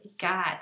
God